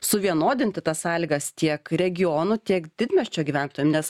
suvienodinti tas sąlygas tiek regionų tiek didmiesčio gyventojam nes